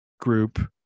group